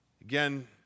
Again